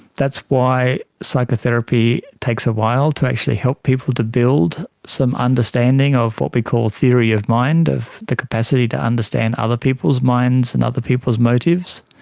that's why psychotherapy takes a while to actually help people to build some understanding of what we call theory of mind, of the capacity to understand other people's minds and other people's motives.